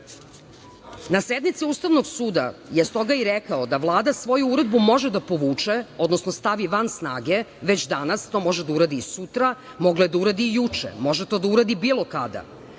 sednici Ustavnog suda je stoga i rekao da Vlada svoju uredbu može da povuče, odnosno stavi van snage već danas, to može da uradi i sutra, mogla je da uradi i juče, može to da uradi bilo kada.